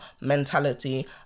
mentality